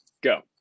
Go